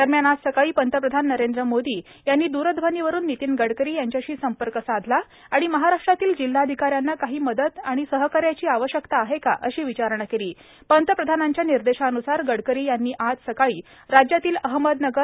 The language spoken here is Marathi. दरम्यान आज सकाळी पंतप्रधान नरेंद्र मोदी यांनी दूरध्वनीवरून नितीन गडकरी यांच्याशी संपर्क साधला आणि महाराष्ट्रातील जिल्हाधिकारी यांना काही मदत व सहकार्याची आवश्यकता आहे का अशी विचारणा केली पंतप्रधानाच्या निर्देशान्सार केंद्रीय मंत्री नितिन गडकरी यांनी आज सकाळी राज्यातील अहमदनगर